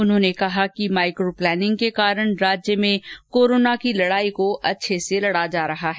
उन्होंने कहा कि माइक्रो प्लानिंग के कारण राज्य में कोरोना की लड़ाई को अच्छे से लड़ पा रहे हैं